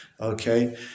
Okay